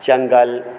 चंगल